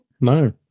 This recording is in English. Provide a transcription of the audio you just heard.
No